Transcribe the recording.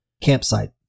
campsite